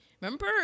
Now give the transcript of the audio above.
remember